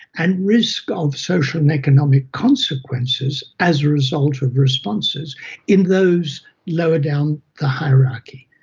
and risk of social and economic consequences as a result of responses in those lower down the hierarchy.